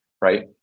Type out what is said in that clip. right